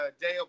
dale